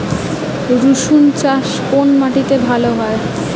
রুসুন চাষ কোন মাটিতে ভালো হয়?